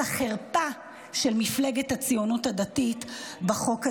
החרפה של מפלגת הציונות הדתית בחוק הזה,